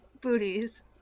booties